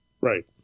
Right